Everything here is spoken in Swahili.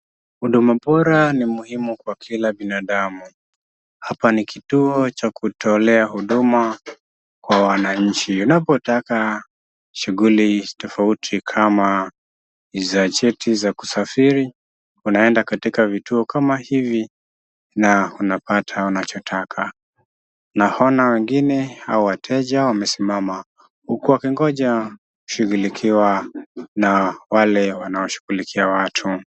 Huduma bora ni muhimu kwa kila binadamu, hapa ni kituo cha kutolea huduma kwa wananchi. Unapotaka shughuli tofauti kama za cheti za kusafiri, unaenda katika vituo kama hivi na unapata unachotaka. Naona wengine au wateja wamesimama huku wakingoja kushughulikiwa na wale wanashughulikia watu.